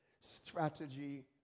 Strategy